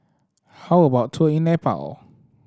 how about a tour in Nepal